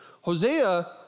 Hosea